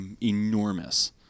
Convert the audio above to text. enormous